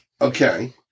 Okay